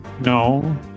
No